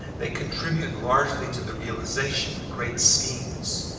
they contribute largely to the realization of great schemes.